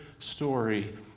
Story